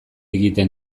egiten